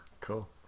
Cool